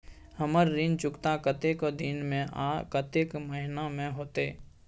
हमर ऋण चुकता कतेक दिन में आ कतेक महीना में होतै?